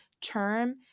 term